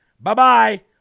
Bye-bye